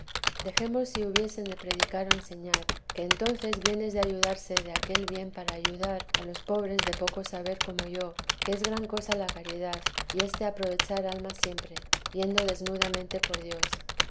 dejemos si hubiesen de predicar o enseñar que entonces bien es de ayudarse de aquel bien para ayudar a los pobres de poco saber como yo que es gran cosa la caridad y este aprovechar almas siempre yendo desnudamente por dios